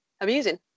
amusing